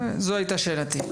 זו הייתה שאלתי.